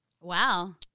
wow